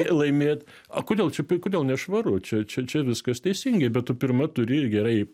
laimėt o kodėl čia kodėl nešvaru čia čia čia viskas teisingai bet tu pirma turi gerai